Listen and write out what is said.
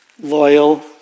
loyal